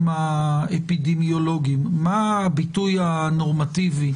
האפידמיולוגיים מהו הביטוי הנורמטיבי